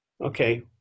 Okay